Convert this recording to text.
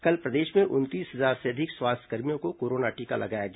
कल प्रदेश में उनतीस हजार से अधिक स्वास्थ्यकर्मियों को कोरोना टीका लगाया गया